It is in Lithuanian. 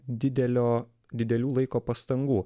didelio didelių laiko pastangų